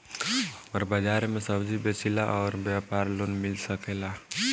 हमर बाजार मे सब्जी बेचिला और व्यापार लोन मिल सकेला?